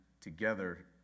together